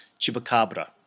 chupacabra